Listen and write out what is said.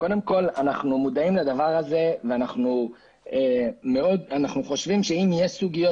אנחנו מודעים לדבר הזה ואנחנו חושבים שאם יש סוגיות